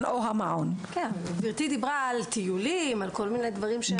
או המעון גברתי דיברה על טיולים ועל כל מיני דברים.